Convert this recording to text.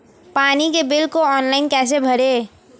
पानी के बिल को ऑनलाइन कैसे भरें?